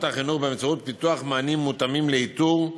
החינוך באמצעות פיתוח מענים מותאמים לאיתור,